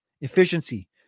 Efficiency